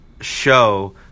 show